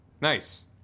Nice